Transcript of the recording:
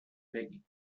بگین